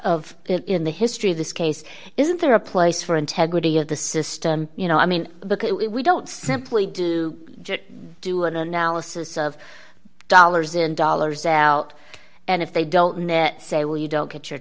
of it in the history of this case isn't there a place for integrity of the system you know i mean because we don't simply do do an analysis of dollars in dollars out and if they don't net say well you don't get your